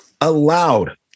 allowed